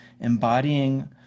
embodying